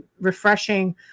refreshing